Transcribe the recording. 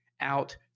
out